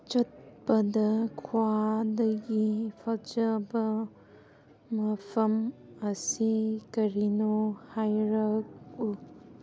ꯆꯠꯄꯗ ꯈ꯭ꯋꯥꯏꯗꯒꯤ ꯐꯖꯕ ꯃꯐꯝ ꯑꯁꯤ ꯀꯔꯤꯅꯣ ꯍꯥꯏꯔꯛꯎ